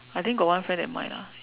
I think got one friend that mind lah